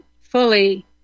fully